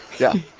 yeah.